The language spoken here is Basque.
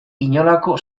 inolako